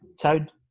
Tone